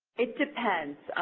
it depends.